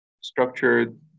structured